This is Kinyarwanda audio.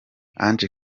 ange